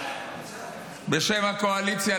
בשם הקואליציה,